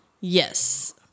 Yes